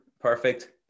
Perfect